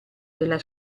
della